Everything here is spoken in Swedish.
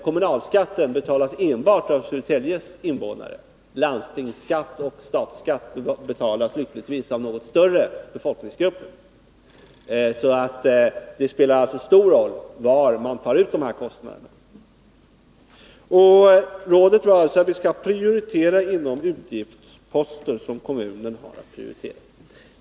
Kommunalskatten betalas enbart av Södertäljes invånare. Landstingsskatt och statsskatt betalas lyckligtvis av något större befolkningsgrupper. Det spelar alltså stor roll var man tar ut dessa kostnader. Budgetministerns råd var att vi skall prioritera inom utgiftsposter som kommunen har.